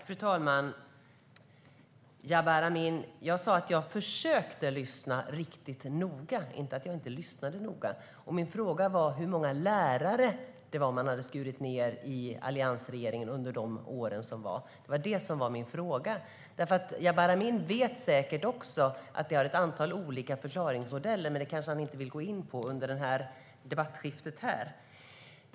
Fru talman! Jabar Amin, jag sa att jag försökte lyssna riktigt noga, inte att jag inte lyssnade noga. Min fråga var: Med hur många lärare hade alliansregeringen skurit ned under de åtta åren? Det var det som var min fråga. Jabar Amin vet säkert också att vi har ett antal olika förklaringsmodeller, men han vill kanske inte gå in på dem här under detta replikskifte.